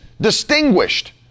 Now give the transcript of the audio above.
distinguished